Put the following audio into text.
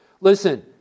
Listen